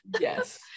yes